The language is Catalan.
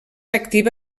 activa